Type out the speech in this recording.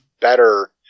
better